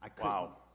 Wow